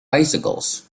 bicycles